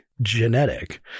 genetic